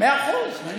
מאה אחוז.